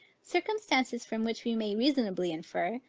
circumstances from which we may reasonably infer,